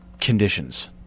Conditions